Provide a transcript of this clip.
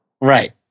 right